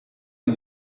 and